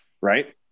Right